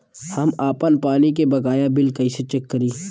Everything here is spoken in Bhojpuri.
हम आपन पानी के बकाया बिल कईसे चेक करी?